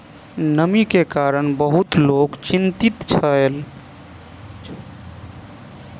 नमी के कारण बहुत लोक चिंतित छल